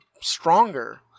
stronger